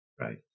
Right